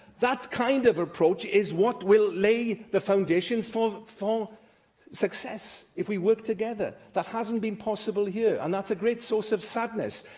kind of approach is what will lay the foundations for for success, if we work together. that hasn't been possible here, and that's a great source of sadness.